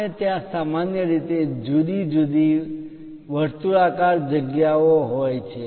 આપણે ત્યાં સામાન્ય રીતે જુદી જુદી વર્તુળાકાર જગ્યા ઓ હોય છે